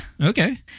Okay